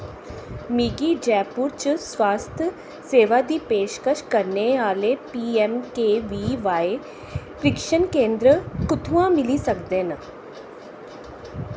मिगी जयपुर च स्वास्थ सेवा दी पेशकश करने आह्ले P M K V Y प्रशिक्षण केंदर कु'त्थुआं मिली सकदे न